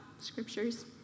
scriptures